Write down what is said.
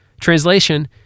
Translation